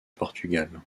portugal